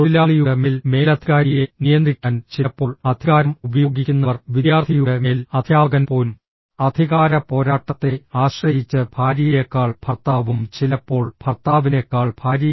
തൊഴിലാളിയുടെ മേൽ മേലധികാരിയെ നിയന്ത്രിക്കാൻ ചിലപ്പോൾ അധികാരം ഉപയോഗിക്കുന്നവർ വിദ്യാർത്ഥിയുടെ മേൽ അധ്യാപകൻ പോലും അധികാര പോരാട്ടത്തെ ആശ്രയിച്ച് ഭാര്യയെക്കാൾ ഭർത്താവും ചിലപ്പോൾ ഭർത്താവിനെക്കാൾ ഭാര്യയും